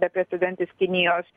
beprecedentis kinijos